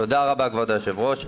תודה רבה, כבוד היושב-ראש.